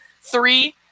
Three